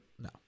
No